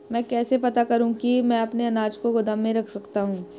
मैं कैसे पता करूँ कि मैं अपने अनाज को गोदाम में रख सकता हूँ?